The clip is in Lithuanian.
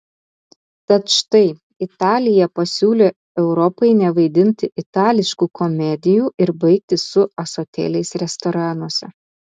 tad štai italija pasiūlė europai nevaidinti itališkų komedijų ir baigti su ąsotėliais restoranuose